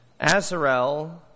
Azarel